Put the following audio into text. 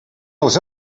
els